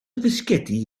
fisgedi